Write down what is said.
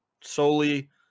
solely